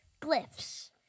glyphs